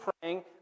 praying